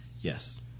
Yes